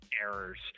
errors